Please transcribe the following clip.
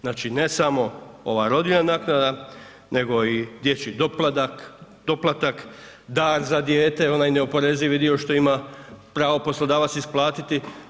Znači, ne samo ova rodiljna naknada nego i dječji doplatak, dar za dijete, onaj neoporezivi dio što ima pravo poslodavac isplatiti.